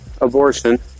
abortion